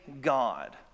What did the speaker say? God